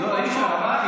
הקשבתם,